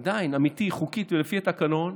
אמיתי, חוקית ולפי התקנון,